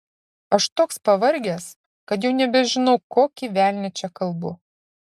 aš toks pavargęs kad jau nebežinau kokį velnią čia kalbu